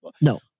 No